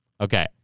Okay